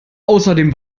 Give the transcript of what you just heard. außerdem